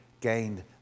gained